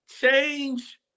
Change